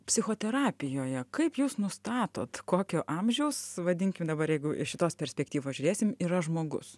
psichoterapijoje kaip jūs nustatot kokio amžiaus vadinkime dabar jeigu iš šitos perspektyvos žiūrėsim yra žmogus